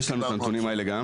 יש לנו גם את הנתונים האלה.